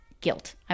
guilt